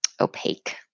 opaque